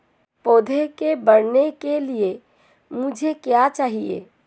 पौधे के बढ़ने के लिए मुझे क्या चाहिए?